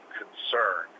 concern